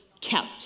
kept